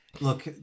Look